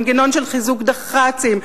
מנגנון של חיזוק דח"צים,